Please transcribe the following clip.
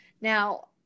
now